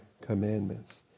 commandments